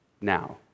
now